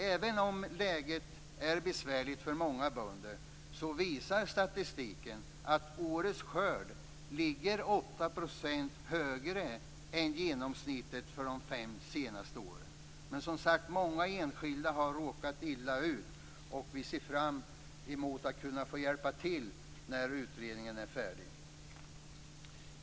Även om läget är besvärligt för många bönder visar statistiken att årets skörd ligger 8 % högre än genomsnittet för de fem senaste åren. Men många enskilda har som sagt råkat illa ut, och vi ser fram emot att kunna få hjälpa till när utredningen är färdig.